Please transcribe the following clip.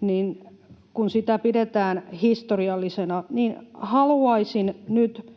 noston, pidetään historiallisena, niin haluaisin nyt,